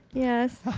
yes.